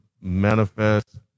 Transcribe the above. manifest